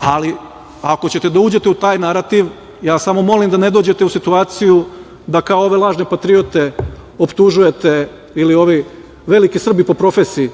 Ali, ako ćete da uđete u taj narativ, ja vas samo molim da ne dođete u situaciju da kao ove lažne patriote optužujete ili ovi veliki Srbi po profesiji,